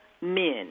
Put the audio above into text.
men